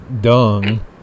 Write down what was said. dung